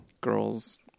girls